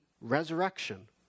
resurrection